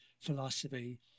philosophy